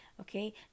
okay